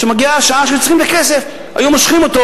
וכשמגיעה השעה שהם צריכים את הכסף היו מושכים אותו.